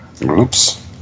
Oops